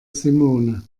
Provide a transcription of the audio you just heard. simone